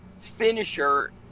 finisher